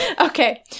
Okay